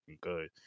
good